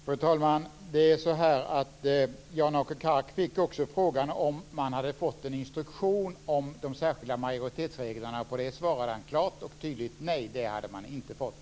Fru talman! Jan-Åke Kark fick också frågan om ifall man hade fått en instruktion om de särskilda majoritetsreglerna. På det svarade han klart och tydligt nej. Det hade man inte fått.